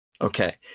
okay